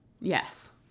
yes